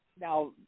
now